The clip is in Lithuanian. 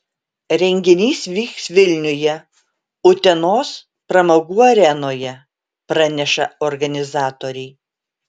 renginys vyks vilniuje utenos pramogų arenoje praneša organizatoriai